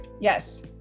Yes